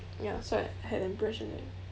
ya so I had the impression that